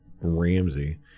Ramsey